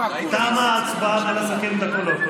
תמה ההצבעה, נא לסכם את הקולות.